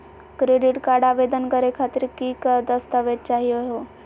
Credit card आवेदन करे खातीर कि क दस्तावेज चाहीयो हो?